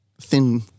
thin